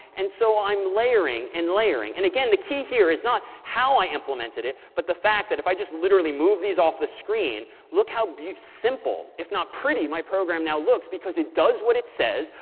and so i'm layering and layering. and again, the key here is not how i implemented it, but the fact that if i just literally move these off the screen, look how simple if not pretty my program now looks. because it does what it says,